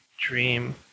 dream